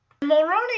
mulroney